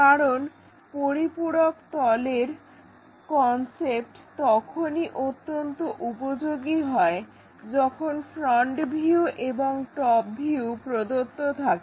কারণ পরিপূরক তলের কনসেপ্ট তখনই অত্যন্ত উপযোগী হয় যখন ফ্রন্ট ভিউ এবং টপ ভিউ প্রদত্ত থাকে